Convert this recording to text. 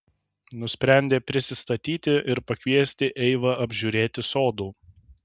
nusprendė prisistatyti ir pakviesti eivą apžiūrėti sodų